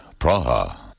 Praha